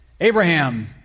Abraham